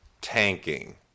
tanking